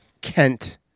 kent